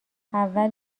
اول